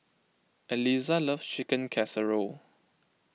Eliza loves Chicken Casserole